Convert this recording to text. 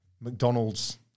McDonald's